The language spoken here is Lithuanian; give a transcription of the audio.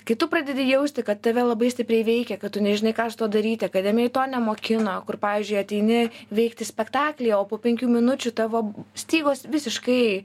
kai tu pradedi jausti kad tave labai stipriai veikia kad tu nežinai ką su tuo daryti akademijoj to nemokino kur pavyzdžiui ateini veikt į spektaklį o po penkių minučių tavo stygos visiškai